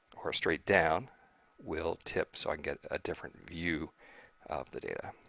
or straight down will tip. so, i get a different view of the data.